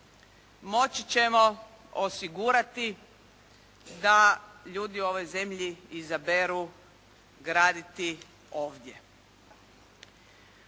moći ćemo osigurati da ljudi u ovoj zemlji izaberu graditi ovdje.